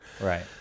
right